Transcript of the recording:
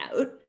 out